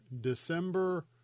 December